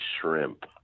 shrimp